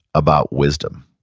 about wisdom.